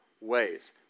Ways